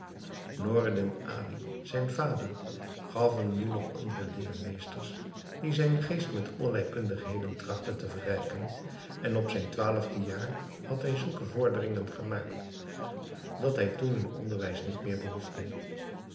noureddin ali zijn vader gaf hem nu nog andere leermeesters die zijn geest met allerlei kundigheden trachtten te verrijken en op zijn twaalfde jaar had hij zulke vorderingen gemaakt dat hij toen hun onderwijs niet meer behoefde